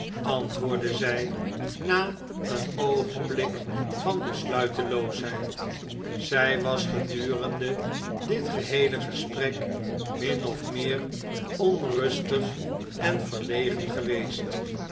antwoordde zij na een oogenblik van besluiteloosheid zij was gedurende dit geheele gesprek min of meer onrustig en verlegen geweest